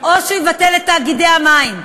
או שיבטל את תאגידי המים,